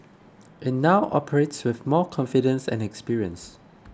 it now operates with more confidence and experience